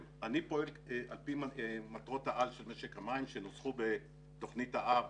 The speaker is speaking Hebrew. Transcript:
אני פועל על פי מטרות העל של משק המים שנוסחו בתוכנית האב